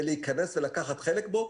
ולהיכנס ולקחת חלק בו,